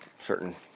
certain